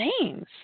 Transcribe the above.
names